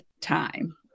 time